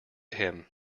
him